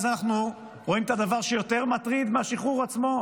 אז אנחנו רואים את הדבר שיותר מטריד מהשחרור עצמו,